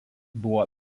buvo